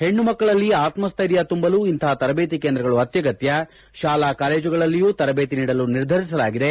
ಹೆಣ್ಣು ಮಕ್ಕಳಲ್ಲಿ ಆತಸ್ಟೈರ್ಯ ತುಂಬಲು ಇಂತಹ ತರಬೇತಿ ಕೇಂದ್ರಗಳು ಅತ್ಯಗತ್ಯ ಶಾಲಾ ಕಾಲೇಜುಗಳಲ್ಲಿಯೂ ತರಬೇತಿ ನೀಡಲು ನಿರ್ಧರಿಸಲಾಗಿದೆ